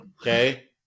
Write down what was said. Okay